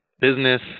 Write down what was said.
business